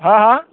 हा हा